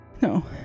No